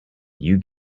you